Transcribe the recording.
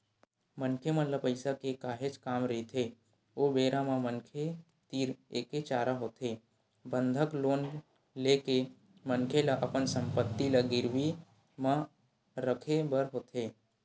मनखे ल पइसा के काहेच काम रहिथे ओ बेरा म मनखे तीर एके चारा होथे बंधक लोन ले के मनखे ल अपन संपत्ति ल गिरवी म रखे बर होथे